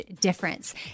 difference